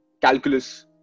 calculus